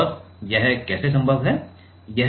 और यह कैसे संभव है